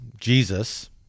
Jesus